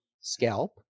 scalp